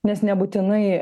nes nebūtinai